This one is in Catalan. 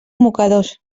mocadors